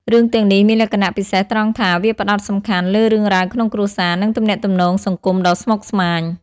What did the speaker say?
រឿងទាំងនេះមានលក្ខណៈពិសេសត្រង់ថាវាផ្តោតសំខាន់លើរឿងរ៉ាវក្នុងគ្រួសារ និងទំនាក់ទំនងសង្គមដ៏ស្មុគស្មាញ។